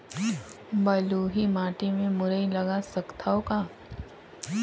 बलुही माटी मे मुरई लगा सकथव का?